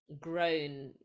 grown